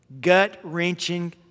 gut-wrenching